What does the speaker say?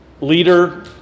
leader